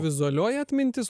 vizualioji atmintis